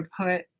put